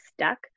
stuck